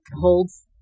holds